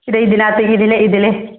ഇതാ ഇതിനകത്ത് ഇതിൽ ഇതിൽ